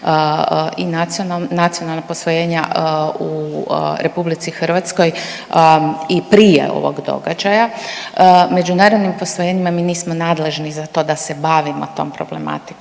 i nacionalna posvojenja u Republici Hrvatskoj i prije ovog događaja. Međunarodnim posvojenjima mi nismo nadležni za to da se bavimo tom problematikom,